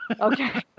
okay